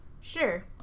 Sure